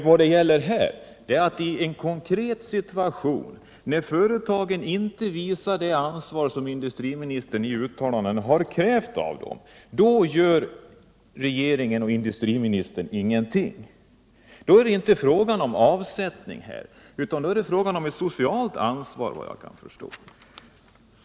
Vad det gäller här är att i en konkret situation — när företagen inte visar det ansvar som industriministern i uttalanden har krävt av dem — gör industriministern och den övriga regeringen ingenting. Då är det inte fråga om avsättning, utan det är fråga om ett socialt ansvar, såvitt jag kan förstå.